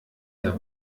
der